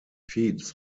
feeds